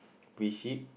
we see